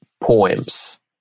poems